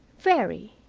very.